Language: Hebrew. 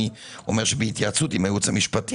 אני אומר: בהתייעצות עם הייעוץ המשפטי,